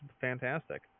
fantastic